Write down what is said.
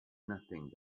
nothing